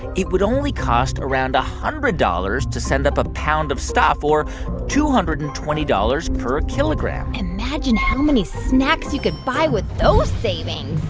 it would only cost around one hundred dollars to send up a pound of stuff, or two hundred and twenty dollars per kilogram imagine how many snacks you could buy with those savings